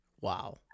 Wow